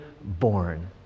born